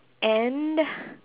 and